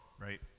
Right